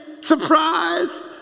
surprise